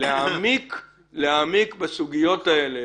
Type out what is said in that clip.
להעמיק בסוגיות האלה.